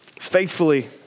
faithfully